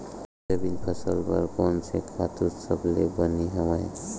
Soybean फसल बर कोन से खातु सबले बने हवय?